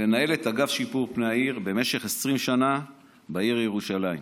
לנהל את אגף שיפור פני העיר במשך 20 שנה בעיר ירושלים.